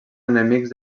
enemics